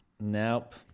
Nope